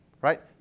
right